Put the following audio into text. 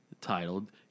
titled